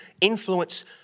influence